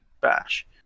Bash